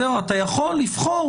אתה יכול לבחור